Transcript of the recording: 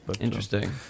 Interesting